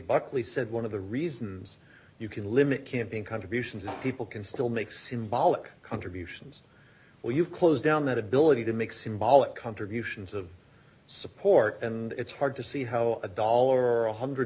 buckley said one of the reasons you can limit campaign contributions is people can still make symbolic contributions or you close down that ability to make symbolic contributions of support and it's hard to see how a dollar a one hundred